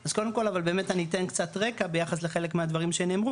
אז קודם כל אני אתן קצת רקע ביחס לדברים שנאמרו